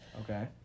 Okay